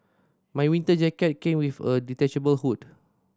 my winter jacket came with a detachable hood